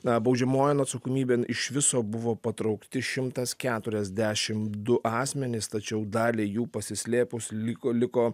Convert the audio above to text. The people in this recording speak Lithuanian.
na baudžiamojon atsakomybėn iš viso buvo patraukti šimtas keturiasdešimt du asmenys tačiau daliai jų pasislėpus liko liko